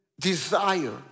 Desire